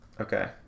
Okay